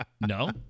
no